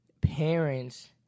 parents